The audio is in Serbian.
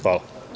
Hvala.